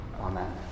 amen